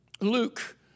Luke